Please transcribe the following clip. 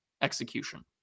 execution